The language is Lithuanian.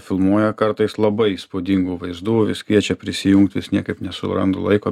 filmuoja kartais labai įspūdingų vaizdų vis kviečia prisijungt vis niekaip nesurandu laiko